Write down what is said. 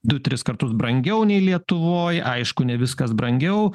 du tris kartus brangiau nei lietuvoj aišku ne viskas brangiau